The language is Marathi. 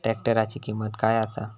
ट्रॅक्टराची किंमत काय आसा?